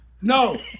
No